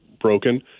broken